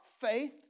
faith